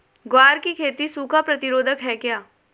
ग्वार की खेती सूखा प्रतीरोधक है क्या?